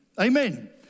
Amen